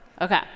Okay